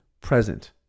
present